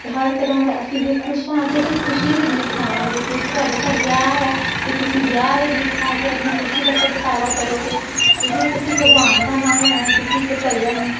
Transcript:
ਹਰ ਤਰ੍ਹਾਂ ਦਾ ਅਸੀਂ ਜੇ ਖੁਸ਼ ਹਾਂ ਜੇ ਅਸੀਂ ਖੁਸ਼ੀ ਦੇ ਗੀਤ ਗਾਵਾਂਗੇ ਜੇ ਕਿ ਤੁਹਾਡੇ ਘਰ ਵਿਆਹ ਹੈ ਤੇ ਤੁਸੀਂ ਵਿਆਹ ਦੇ ਗੀਤ ਗਾ ਕੇ ਆਪਣੀ ਖੁਸ਼ੀ ਦਾ ਪ੍ਰਗਟਾਵਾ ਕਰੋਗੇ ਤੇ ਜੇ ਤੁਸੀਂ ਭਗਵਾਨ ਦਾ ਨਾਮ ਲੈਣਾ ਤੁਸੀਂ ਇੱਕ ਭਜਨ